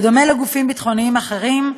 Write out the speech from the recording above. בדומה לגופים ביטחוניים אחרים,